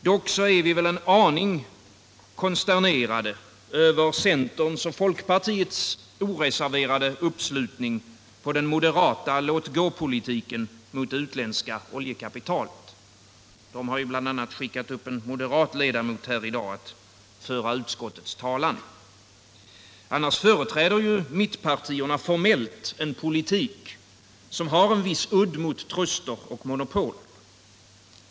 Dock är vi en aning konsternerade över centerns och folkpartiets oreserverade uppslutning bakom den moderata låtgåpolitiken mot det utländska oljekapitalet. De har ju bl.a. skickat upp en moderat ledamot här i dag att föra utskottets talan. Annars företräder ju mittpartierna formellt en politik som har en viss udd riktad mot truster och monopol.